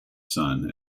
son